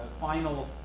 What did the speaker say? final